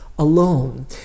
alone